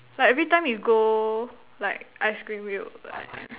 like every time you go like ice cream you will like